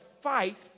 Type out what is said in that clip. fight